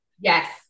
yes